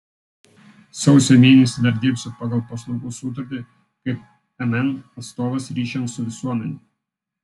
sausio mėnesį dar dirbsiu pagal paslaugų sutartį kaip mn atstovas ryšiams su visuomene